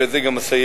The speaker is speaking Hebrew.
ובזה אני אסיים,